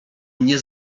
mnie